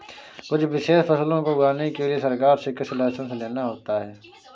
कुछ विशेष फसलों को उगाने के लिए सरकार से कृषि लाइसेंस लेना होता है